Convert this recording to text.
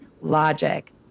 logic